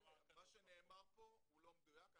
מה שנאמר פה הוא לא מדויק.